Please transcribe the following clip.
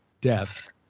death